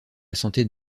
sentait